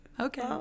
Okay